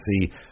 see